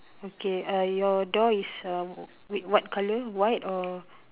okay uh your door is wh~ what colour white colour or